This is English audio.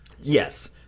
Yes